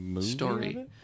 story